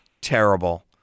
terrible